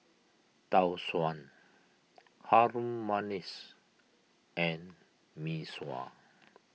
Tau Suan Harum Manis and Mee Sua